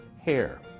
hair